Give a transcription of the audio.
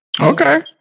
Okay